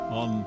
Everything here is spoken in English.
on